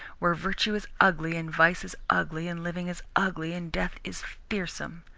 where virtue is ugly, and vice is ugly, and living is ugly, and death is fearsome.